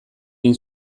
egin